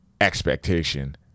expectation